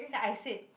then I said